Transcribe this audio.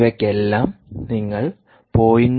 ഇവയ്ക്കെല്ലാം നിങ്ങൾ 0